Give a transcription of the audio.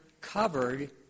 covered